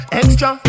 extra